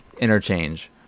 interchange